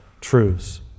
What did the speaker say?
truths